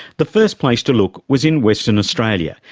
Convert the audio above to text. the first place to look was in western australia,